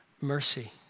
mercy